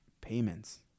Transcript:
payments